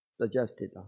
suggested